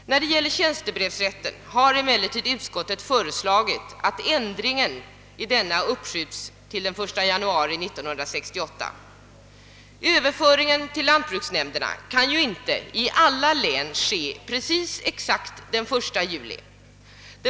När det gäller tjänstebrevsrätten har emellertid utskottet föreslagit att ändringen i denna uppskjuts till den 1 januari 1968. Överföringen till lantbruksnämnderna kan inte i alla län ske exakt den 1 juli.